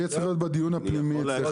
זה יהיה צריך להיות בדיון הפנימי אצלך,